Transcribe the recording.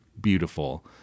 beautiful